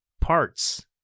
parts